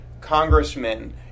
congressmen